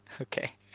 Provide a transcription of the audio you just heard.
okay